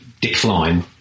decline